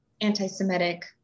anti-Semitic